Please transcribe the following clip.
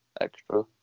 extra